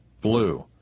blue